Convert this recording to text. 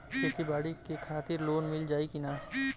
खेती बाडी के खातिर लोन मिल जाई किना?